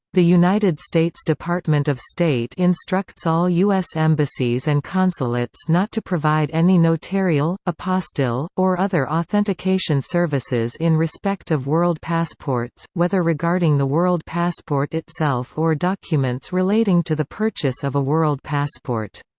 the united states department of state instructs all u s. embassies and consulates not to provide any notarial, apostille, or other authentication services in respect of world passports, whether regarding the world passport itself or documents relating to the purchase of a world passport.